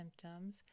symptoms